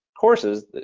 courses